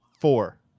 Four